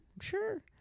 sure